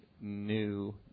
new